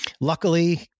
Luckily